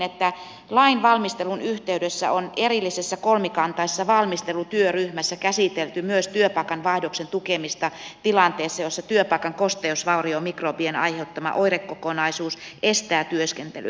lain valmistelun yhteydessä on erillisessä kolmikantaisessa valmistelutyöryhmässä käsitelty myös työpaikan vaihdoksen tukemista tilanteessa jossa työpaikan kosteusvauriomikrobien aiheuttama oirekokonaisuus estää työskentelyn